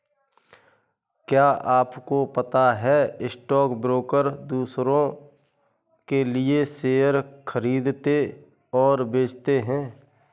क्या आपको पता है स्टॉक ब्रोकर दुसरो के लिए शेयर खरीदते और बेचते है?